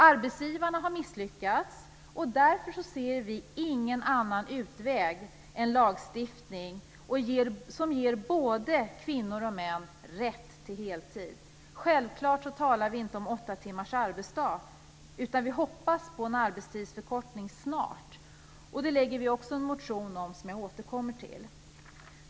Arbetsgivarna har misslyckats, och därför ser vi ingen annan utväg än lagstiftning som ger både kvinnor och män rätt till heltid. Självklart talar vi inte om åtta timmars arbetsdag, utan vi hoppas på en arbetstidsförkortning snart, och det lägger vi också fram en motion om, som jag återkommer till.